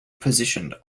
positioned